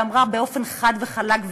ואמרה באופן חד וחלק,